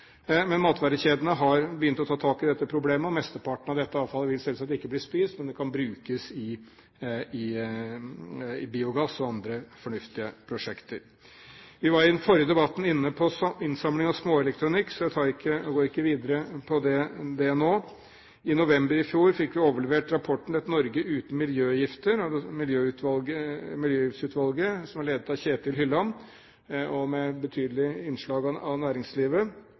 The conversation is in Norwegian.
Men matvarekjedene har begynt å ta tak i dette problemet, og mesteparten av dette avfallet vil selvsagt ikke bli spist, men det kan brukes i biogass og andre fornuftige prosjekter. Vi var i den forrige debatten inne på innsamling av småelektronikk, så jeg går ikke videre på det nå. I november i fjor fikk vi overlevert rapporten «Et Norge uten miljøgifter» fra Miljøgiftsutvalget, som var ledet av Ketil Hylland, og med betydelige innslag fra næringslivet. Det utvalget foreslo en rekke tiltak for å stanse utslipp av